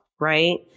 right